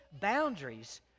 boundaries